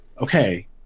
okay